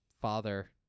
Father